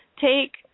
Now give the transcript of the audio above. take